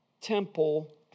temple